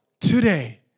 today